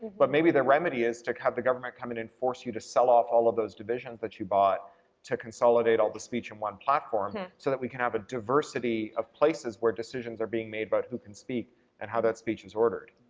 but maybe the remedy is to have the government come in and you to sell off all of those divisions that you bought to consolidate all the speech in one platform so that we can have a diversity of places where decisions are being made about who can speak and how that speech is ordered.